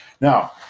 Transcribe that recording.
Now